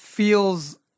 Feels